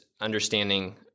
understanding